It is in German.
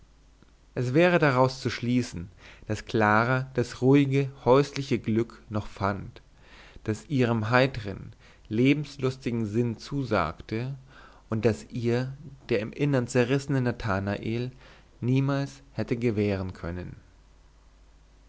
es wäre daraus zu schließen daß clara das ruhige häusliche glück noch fand das ihrem heitern lebenslustigen sinn zusagte und das ihr der im innern zerrissene nathanael niemals hätte gewähren können